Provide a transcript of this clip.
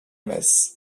messe